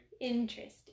Interesting